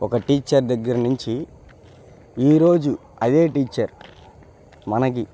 ఒక టీచర్ దగ్గర నుంచి ఈ రోజు అదే టీచర్ మనకి